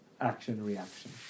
action-reaction